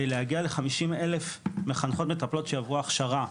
להגיע ל-50 אלף מחנכות-מטפלות שעברו הכשרה,